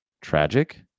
tragic